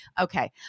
okay